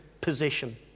position